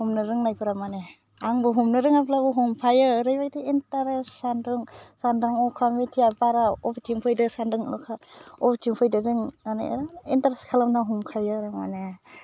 हमनो रोंनायफ्रा माने आंबो हमनो रोङाब्लाबो हमफायो ओरैबायदि इन्टारेस्ट सान्दुं सान्दुं अखा मिथिया बारा अबेथिं फैदों सान्दुं अखा अबेथिं फैदों जों माने इन्टारेस्ट खालामना हमखायो आरो माने